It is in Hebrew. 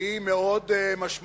והיא מאוד משמעותית